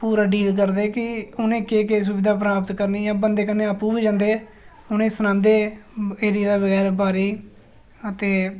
पूरा डील करदे की उ'नें केह् केह् सुविधा प्राप्त करनी जां बंदे कन्नै आपूं बी जंदे ते उ'नेंगी सनांदे एरिया दे बारे ई ते